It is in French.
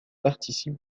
participe